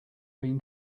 been